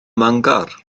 mangor